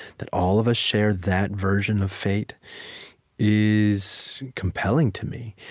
that all of us share that version of fate is compelling to me